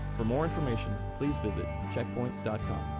for more information, please visit checkpoint com.